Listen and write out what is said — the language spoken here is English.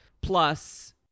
plus